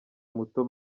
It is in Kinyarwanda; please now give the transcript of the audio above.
muto